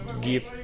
give